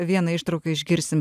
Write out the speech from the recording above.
vieną ištrauką išgirsim